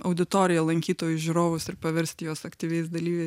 auditoriją lankytojus žiūrovus ir paversti juos aktyviais dalyviais